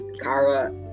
Kara